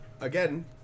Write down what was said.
again